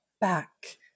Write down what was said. back